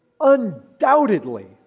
undoubtedly